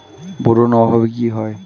Boron অভাবে কি হয়?